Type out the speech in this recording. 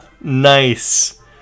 nice